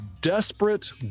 desperate